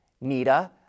Nita